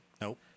Nope